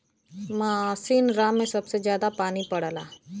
मासिनराम में सबसे जादा पानी पड़ला